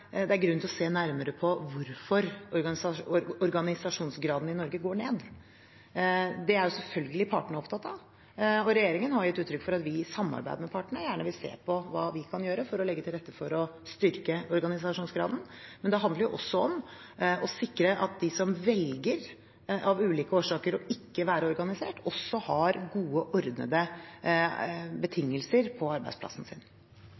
det er grunn til å se nærmere på hvorfor organisasjonsgraden i Norge går ned. Det er selvfølgelig partene opptatt av, og regjeringen har gitt uttrykk for at vi i samarbeid med partene gjerne vil se på hva vi kan gjøre for å legge til rette for å styrke organisasjonsgraden, men det handler også om å sikre at de som av ulike årsaker velger ikke å være organisert, også har gode, ordnede betingelser på arbeidsplassen sin.